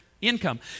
income